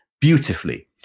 beautifully